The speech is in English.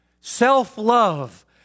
self-love